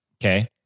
okay